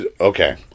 Okay